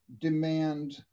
demand